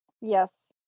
Yes